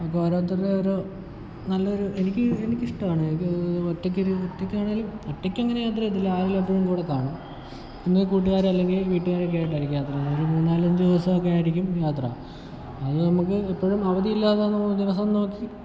അപ്പോൾ ഓരോരുത്തരുടെ ഓരോ നല്ലൊരു എനിക്ക് എനിക്ക് ഇഷ്ടമാണ് എനിക്ക് ഒറ്റക്ക് ഒരു ഒറ്റക്ക് ആണെങ്കിലും ഒറ്റക്കങ്ങനെ യാത്ര ചെയ്യത്തില്ല ആരെങ്കിലും എപ്പോഴും കൂടെ കാണും ഒന്നേ കൂട്ടുകാർ അല്ലെങ്കിൽ വീട്ടുകാർ ഒക്കെ ആയിട്ടായിരിക്കും യാത്ര ചെയ്യുന്നത് ഒരു മൂന്നാലഞ്ച് ദിവസം ഒക്കെ ആയിരിക്കും യാത്ര അത് നമുക്ക് എപ്പോഴും അവധി ഇല്ലാത്ത നമ്മൾ ദിവസം നോക്കി